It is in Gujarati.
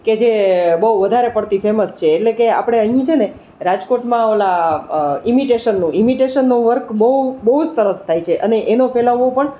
કે જે બહુ વધારે પડતી ફેમસ છે એટલે કે આપણે અહીંનું છેને રાજકોટમાં પેલા ઇમિટેશનનું ઇમિટેશનનું વર્ક બહુ બહુ જ સરસ થાય છે અને એનો ફેલાવો પણ